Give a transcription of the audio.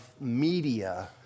media